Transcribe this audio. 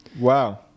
wow